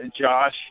Josh